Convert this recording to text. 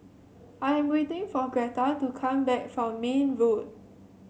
I am waiting for Greta to come back from Mayne Road